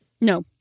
No